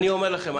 אני אומר לכם: